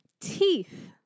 Teeth